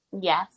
Yes